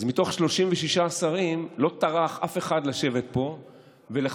אז מתוך 36 שרים לא טרח אף אחד לשבת פה ולכבד,